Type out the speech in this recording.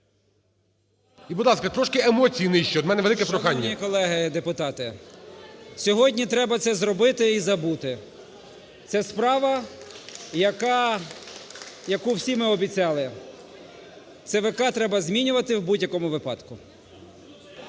І, будь ласка, трошки емоції нижче, у мене велике прохання. 17:33:00 БЕРЕЗЮК О.Р. Шановні колеги депутати! Сьогодні треба це зробити і забути. Це справа, яку ми всі обіцяли. ЦВК треба змінювати в будь-якому випадку.